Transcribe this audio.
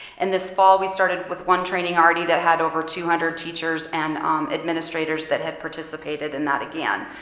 and this fall we started with one training already that had over two hundred teachers and administrators that had participated in that again.